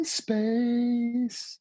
space